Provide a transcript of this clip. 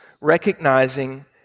recognizing